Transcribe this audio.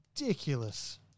Ridiculous